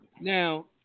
Now